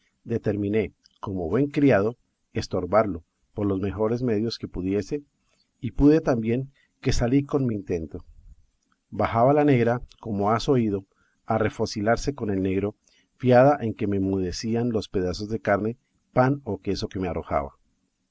determiné como buen criado estorbarlo por los mejores medios que pudiese y pude tan bien que salí con mi intento bajaba la negra como has oído a refocilarse con el negro fiada en que me enmudecían los pedazos de carne pan o queso que me arrojaba